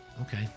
Okay